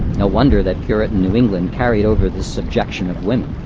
no wonder that puritan new england carried over this subjection of women.